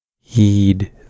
Heed